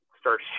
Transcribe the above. start